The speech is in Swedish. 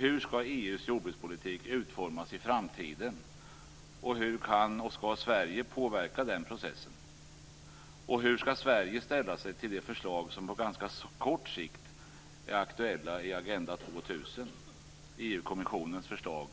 Hur skall EU:s jordbrukspolitik utformas i framtiden och hur kan och skall Sverige påverka denna process? Och hur skall Sverige ställa sig till de förslag som på ganska kort sikt är aktuella i EU-kommissionens förslag